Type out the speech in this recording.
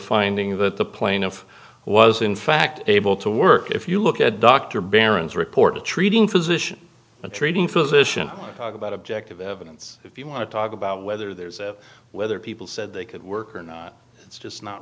finding that the plaintiff was in fact able to work if you look at dr barron's report the treating physician the treating physician talk about objective evidence if you want to talk about whether there's whether people said they could work or not it's just not